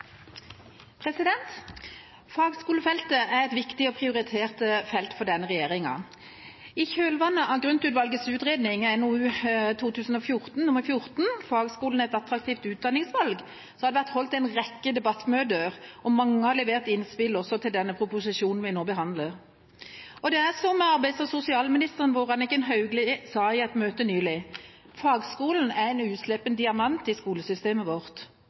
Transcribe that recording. utdanningene. Fagskolefeltet er et viktig og prioritert felt for denne regjeringa. I kjølvannet av Grund-utvalgets utredning, NOU 2014: 14 Fagskolen – et attraktivt utdanningsvalg, har det vært holdt en rekke debattmøter, og mange har levert innspill også til den proposisjonen vi nå behandler. Det er som arbeids- og sosialministeren vår, Anniken Hauglie, sa i et møte nylig: Fagskolen er en uslepen diamant i skolesystemet vårt.